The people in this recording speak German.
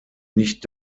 nicht